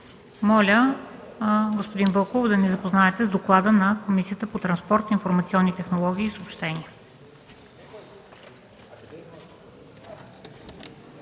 Моля, господин Вълков, да ни запознаете с доклада на Комисията по транспорт, информационни технологии и съобщения.